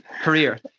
career